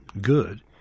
good